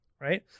right